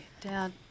dad